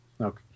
okay